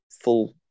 full